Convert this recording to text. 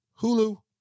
Hulu